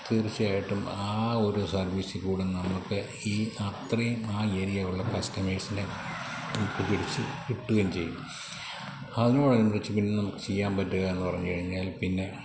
തീർച്ചയായിട്ടും ആ ഒരു സർവ്വീസിൽ കൂടെ നമുക്ക് ഈ അത്രയും ആ ഏരിയയിലുള്ള കസ്റ്റമേഴ്സിനെ തൂക്കി പിടിച്ച് കിട്ടുകയും ചെയ്യും അതിനോട് അനുബന്ധിച്ച് നമുക്ക് ചെയ്യാൻ പറ്റുക എന്ന് പറഞ്ഞു കഴിഞ്ഞാൽ പിന്നെ